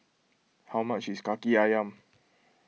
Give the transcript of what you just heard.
how much is Kaki Ayam